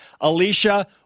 Alicia